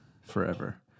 Forever